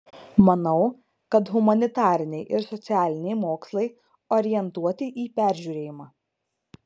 manau kad humanitariniai ir socialiniai mokslai orientuoti į peržiūrėjimą